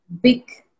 big